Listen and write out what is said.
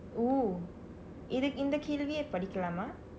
oo இது இந்த கேள்வியே படிக்கலாமா:ithu indtha keelviyee padikkalaamaa